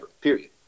Period